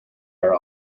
are